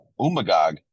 umagog